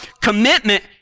Commitment